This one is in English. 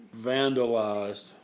vandalized